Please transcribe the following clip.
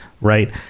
right